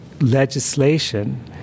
legislation